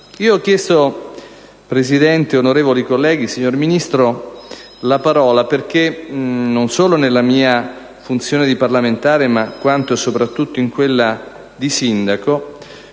Ho chiesto, signor Presidente, onorevoli colleghi, signor Ministro, la parola perché non solo nella mia funzione di parlamentare, ma anche e soprattutto in quella di sindaco,